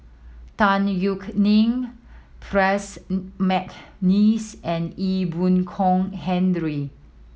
Tan Yeok Nee Percy McNeice and Ee Boon Kong Henry